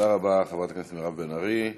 תודה רבה לחברת הכנסת מירב בן ארי.